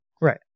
Right